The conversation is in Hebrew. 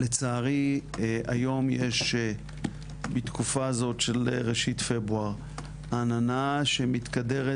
לצערי היום יש בתקופה הזאת של ראשית פברואר עננה שמתקדרת